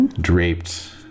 draped